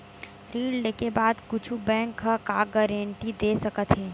ऋण लेके बाद कुछु बैंक ह का गारेंटी दे सकत हे?